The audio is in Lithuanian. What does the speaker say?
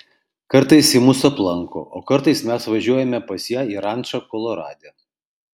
kartais ji mus aplanko o kartais mes važiuojame pas ją į rančą kolorade